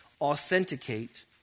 authenticate